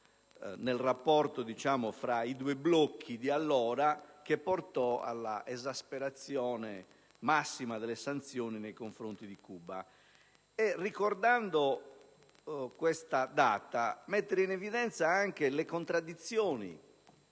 nel rapporto fra i due blocchi di allora che portò all'esasperazione massima delle sanzioni nei confronti di Cuba. Ricordare questa data mette in evidenza anche le contraddizioni